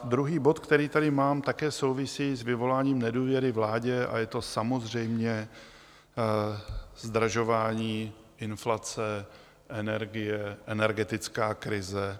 Druhý bod, který tady mám, také souvisí s vyvoláním nedůvěry vládě a je to samozřejmě zdražování, inflace, energie, energetická krize.